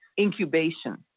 incubation